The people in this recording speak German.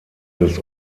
des